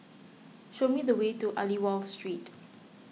show me the way to Aliwal Street